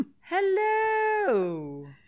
Hello